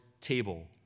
table